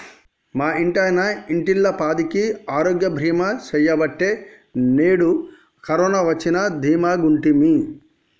మా ఇంటాయన ఇంటిల్లపాదికి ఆరోగ్య బీమా సెయ్యబట్టే నేడు కరోన వచ్చినా దీమాగుంటిమి